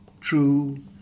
true